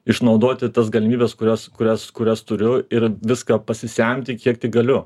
išnaudoti tas galimybes kurias kurias kurias turiu ir viską pasisemti kiek tik galiu